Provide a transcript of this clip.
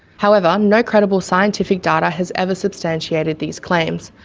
however, no credible scientific data has ever substantiated these claims,